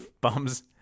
bums